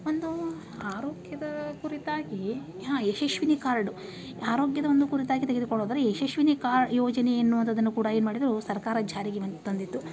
ಒಂದು ಆರೋಗ್ಯದ ಕುರಿತಾಗಿ ಯಶಸ್ವಿನಿ ಕಾರ್ಡು ಆರೋಗ್ಯದ ಒಂದು ಕುರಿತಾಗಿ ತೆಗೆದುಕೊಳ್ಳೋದ್ರೆ ಯಶಸ್ವಿನಿ ಕಾ ಯೋಜನೆ ಎನ್ನುವಂಥದ್ದನ್ನು ಕೂಡ ಏನು ಮಾಡಿದರು ಸರ್ಕಾರ ಜಾರಿಗೆ ಬನ್ ತಂದಿತ್ತು